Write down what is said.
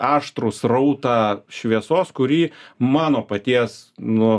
aštrų srautą šviesos kurį mano paties nu